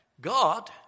God